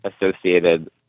associated